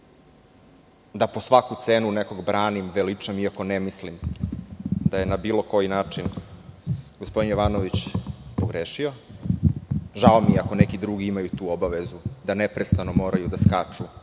da po svaku cenu nekog branim, iako ne mislim da je na bilo koji način gospodin Jovanović pogrešio. Žao mi je ako neki drugi imaju tu obavezu da neprestano moraju da skaču